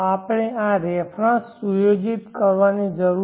આપણે આ રેફરન્સ સુયોજિત કરવાની જરૂર છે